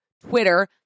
Twitter